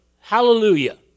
Hallelujah